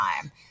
time